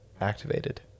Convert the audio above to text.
activated